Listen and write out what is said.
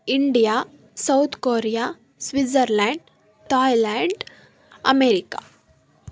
India South Korea Switzerland Thailand America